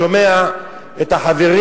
שומע את החברים.